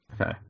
Okay